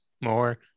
more